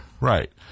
Right